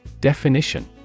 Definition